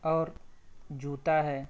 اور جوتا ہے